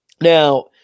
Now